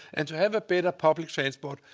and to have a better public transport,